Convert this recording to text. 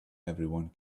everyone